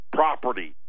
property